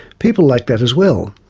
people liked that as well,